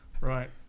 Right